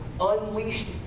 unleashed